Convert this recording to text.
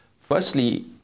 Firstly